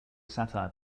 satire